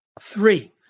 Three